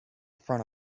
front